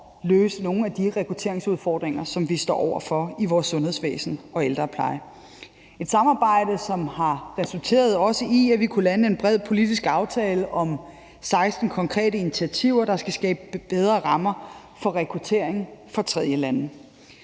løse nogle af de rekrutteringsudfordringer, som vi står over for i vores sundhedsvæsen og ældrepleje. Det er et samarbejde, som også har resulteret i, at vi kunne lande en bred politisk aftale om 16 konkrete initiativer, der skal skabe bedre rammer for rekruttering fra tredjelande.